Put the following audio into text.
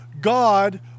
God